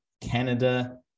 canada